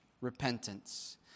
repentance